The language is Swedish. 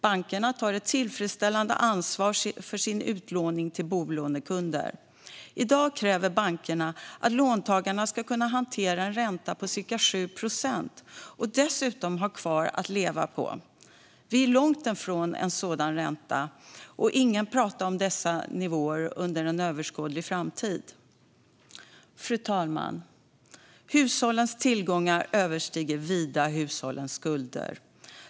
Bankerna tar ett tillfredsställande ansvar för sin utlåning till bolånekunder. I dag kräver bankerna att låntagarna ska kunna hantera en ränta på ca 7 procent och dessutom ha kvar att leva på. Vi är långt från en sådan ränta, och ingen pratar om dessa nivåer under en överskådlig framtid. Fru talman! Hushållens tillgångar överstiger vida hushållens skulder.